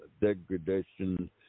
degradation